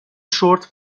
شرت